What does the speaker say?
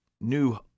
New